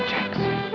Jackson